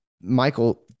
Michael